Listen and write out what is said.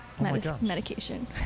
medication